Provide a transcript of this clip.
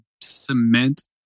cement